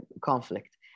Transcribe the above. conflict